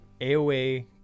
AOA